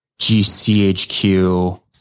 GCHQ